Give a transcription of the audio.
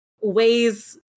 ways